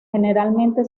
generalmente